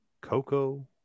Coco